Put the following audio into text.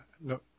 no